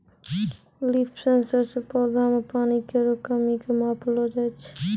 leaf sensor सें पौधा म पानी केरो कमी क मापलो जाय छै